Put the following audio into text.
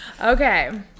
Okay